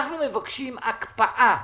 אנחנו מבקשים הקפאה,